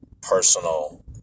personal